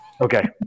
okay